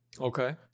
Okay